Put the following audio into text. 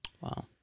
Wow